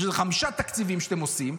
או בחמישה תקציבים שאתם עושים,